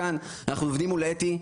מול אתי.